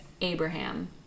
Abraham